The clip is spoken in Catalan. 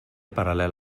paral·lel